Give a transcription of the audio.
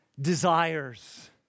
desires